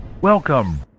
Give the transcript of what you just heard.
Welcome